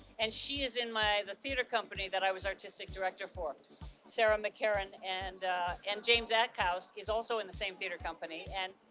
and she is in the theatre company that i was artistic director for sarah mccarran and and james acthouse. he's also in the same theater company and,